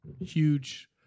huge